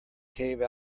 cave